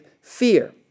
fear